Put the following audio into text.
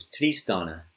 tristana